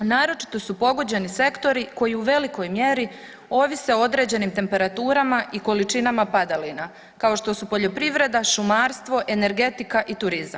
Naročito su pogođeni sektori koji u velikoj mjeri ovise o određenim temperaturama i količinama padalina, kao što su poljoprivreda, šumarstvo, energetika i turizam.